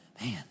man